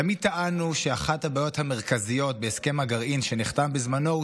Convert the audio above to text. תמיד טענו שאחת הבעיות המרכזיות בהסכם הגרעין שנחתם בזמנו,